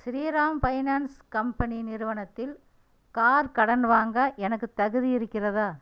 Sriram finance company நிறுவனத்தில் car கடன் வாங்க எனக்கு தகுதி இருக்கிறதா